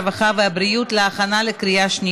הרווחה והבריאות נתקבלה.